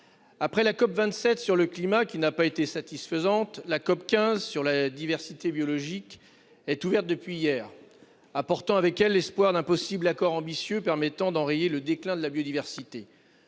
Après la COP27 sur le climat, qui n'a pas été satisfaisante. La COP15 sur la diversité biologique est ouverte depuis hier. Apportant avec elle l'espoir d'un possible accord ambitieux permettant d'enrayer le déclin de la biodiversité.